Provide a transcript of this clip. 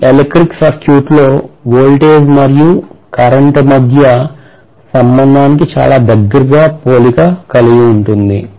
ఇది ఎలక్ట్రికల్ సర్క్యూట్లో వోల్టేజ్ మరియు కరెంట్ మధ్య సంబంధానికి చాలా దగ్గరిగా పోలి ఉంటుంది